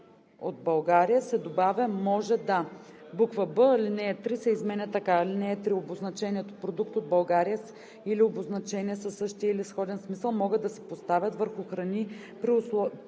от България“ се добавя „може да“; б) алинея 3 се изменя така: „(3) Обозначението „Продукт от България“ или обозначения със същия или сходен смисъл могат да се поставят върху храни при спазване